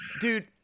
Dude